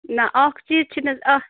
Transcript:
نہ اَکھ چیٖز چھِنہٕ حظ اتھ